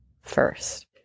first